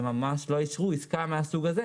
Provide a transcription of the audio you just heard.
הם ממש לא אישרו עסקה מהסוג הזה,